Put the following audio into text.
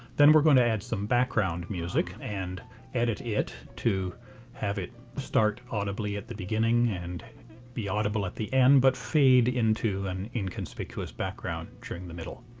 then we're going to add some background music and edit it to have it start audibly at the beginning and be audible at the end but fade into an inconspicuous background during the middle.